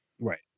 right